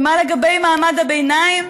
ומה לגבי מעמד הביניים?